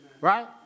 right